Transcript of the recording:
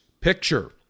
picture